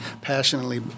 passionately